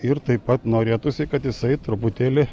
ir taip pat norėtųsi kad jisai truputėlį